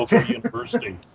university